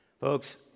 Folks